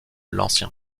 l’ancien